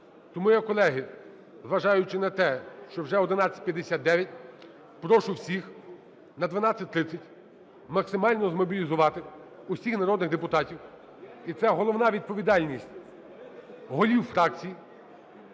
Тому я, колеги, зважаючи на те, що вже 11:59, прошу всіх на 12:30 максимально змобілізувати всіх народних депутатів. І це головна відповідальність голів фракцій,